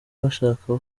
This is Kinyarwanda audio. bashaka